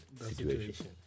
situation